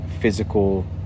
physical